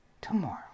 tomorrow